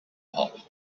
hop